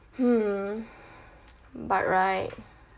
hmm but right